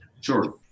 sure